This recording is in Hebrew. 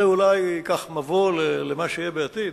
זה אולי מבוא למה שיהיה בעתיד.